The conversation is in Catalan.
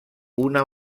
una